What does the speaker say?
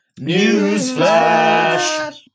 Newsflash